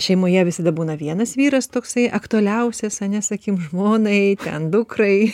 šeimoje visada būna vienas vyras toksai aktualiausias ane sakykim žmonai ten dukrai